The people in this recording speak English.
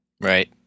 Right